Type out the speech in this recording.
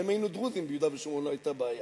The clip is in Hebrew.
גם אם היינו דרוזים ביהודה ושומרון לא היתה בעיה.